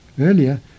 Earlier